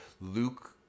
Luke